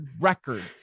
record